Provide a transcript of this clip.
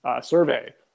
survey